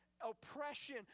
oppression